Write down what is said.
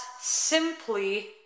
simply